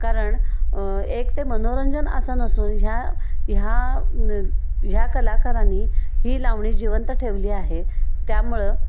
कारण एक ते मनोरंजन अस नसून ह्या ह्या ज्या कलाकारांनी ही लावणी जिवंत ठेवली आहे त्यामुळं